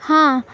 ہاں